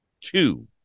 two